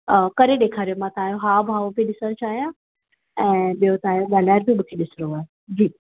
करे ॾेखारियो मां तव्हांजो हाव भाव पई ॾिसणु चाहियां ऐं ॿियो तव्हांजो ॻाल्हाइण बि मूंखे ॾिसणो आहे जी